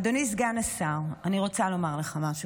אדוני סגן השר, אני רוצה לומר לך משהו.